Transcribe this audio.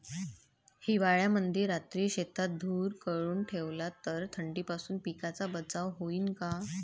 हिवाळ्यामंदी रात्री शेतात धुर करून ठेवला तर थंडीपासून पिकाचा बचाव होईन का?